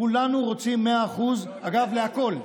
כולנו רוצים 100%, אגב, לכול.